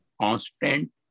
constant